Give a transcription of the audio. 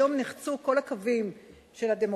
היום נחצו כל הקווים של הדמוקרטיה.